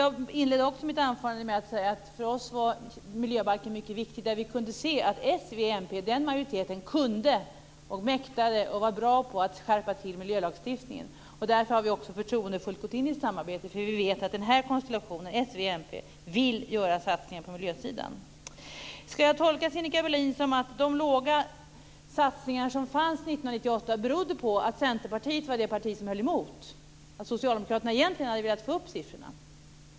Jag inledde mitt anförande med att säga att för oss är miljöbalken mycket viktig och att vi kunde se att majoriteten s, v och mp mäktade med och var bra på att skärpa till miljölagstiftningen. Vi har också förtroendefullt gått in i ett samarbete, därför att vi vet att konstellationen s, v, mp vill göra satsningar på miljösidan. Ska jag tolka det som Sinikka Bohlin säger som att de låga satsningar som gjordes 1998 berodde på att Centerpartiet var det parti som höll emot och att Socialdemokraterna egentligen hade velat få upp siffrorna?